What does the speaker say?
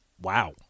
Wow